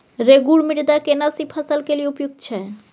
रेगुर मृदा केना सी फसल के लिये उपयुक्त छै?